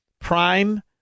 Prime